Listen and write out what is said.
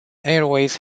airways